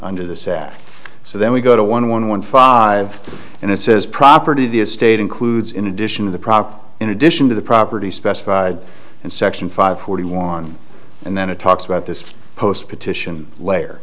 under this act so then we go to one one one five and it says property the estate includes in addition of the prop in addition to the property specified and section five forty one and then it talks about this post petition layer